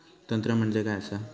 तंत्र म्हणजे काय असा?